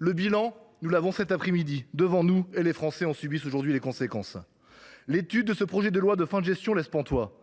Ce bilan, nous l’avons cet après midi devant nous, et les Français en subissent les conséquences ! L’étude de ce projet de loi de finances de fin de gestion laisse pantois.